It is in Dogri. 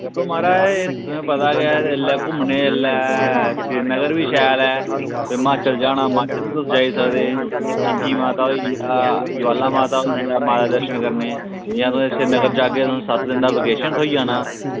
दिक्खो म्हाराज तुसें गी पता गै ऐल्लै घुम्मनै ई ऐल्लै सिरीनगर बी शैल ऐ ते हिमाचल जाना ते हिमाचल बी तुस जाई सकदे चीची माता होइया ज्वालामाता होइया माता वैष्णो कन्नै जां तुस सिरीनगर जाह्गे तुसेंगी सत्त दिन दा वैकेशन थ्होई जाना